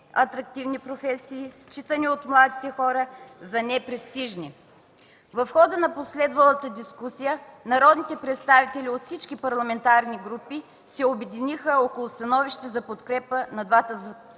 неатрактивни професии, считани от младите хора за непрестижни. В хода на последвалата дискусия народните представители от всички парламентарни групи се обединиха около становище за подкрепа на двата